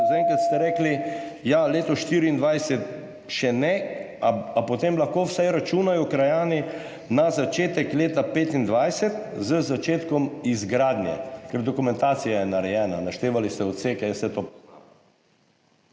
zaenkrat ste rekli leto 2024 še ne – ali potem lahko vsaj računajo krajani na začetek leta 2025 z začetkom izgradnje? Ker dokumentacija je narejena, naštevali ste odseke, jaz vse to